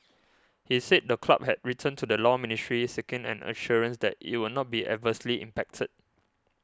he said the club had written to the Law Ministry seeking an assurance that it would not be adversely impacted